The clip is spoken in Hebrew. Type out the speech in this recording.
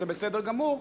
זה בסדר גמור,